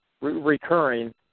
recurring